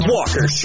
Walker